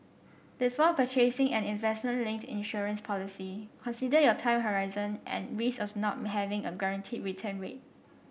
before purchasing an investment linked insurance policy consider your time horizon and risks of not having a guaranteed return rate